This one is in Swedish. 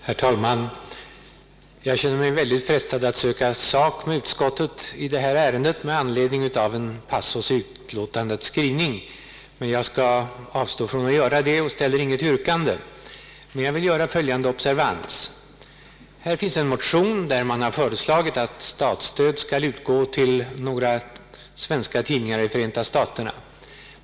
Herr talman! Jag känner mig väldigt frestad att söka sak med utskottet i detta ärende med anledning av en passus i utlåtandet, men jag skall avstå från att göra det och ställer inget yrkande. Jag vill emellertid göra följande observandum. Här finns en motion där man har föreslagit att statsstöd skall utgå till några svenska tidningar i Förenta staterna.